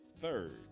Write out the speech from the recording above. third